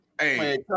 Hey